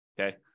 Okay